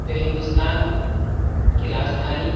جو ہندوستان کی راجدھانی